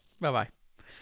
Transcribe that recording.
Bye-bye